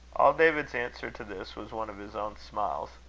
all david's answer to this was one of his own smiles.